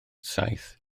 saith